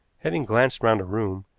having glanced round the room,